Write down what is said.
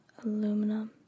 aluminum